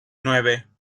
nueve